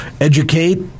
educate